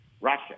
Russia